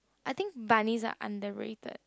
I think bunnies are underrated